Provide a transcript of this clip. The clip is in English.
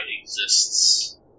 exists